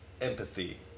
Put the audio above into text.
empathy